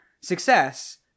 success –